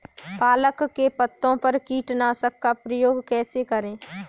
पालक के पत्तों पर कीटनाशक का प्रयोग कैसे करें?